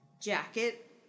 jacket